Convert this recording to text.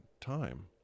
time